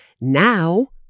Now